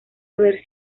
haber